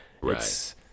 right